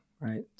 right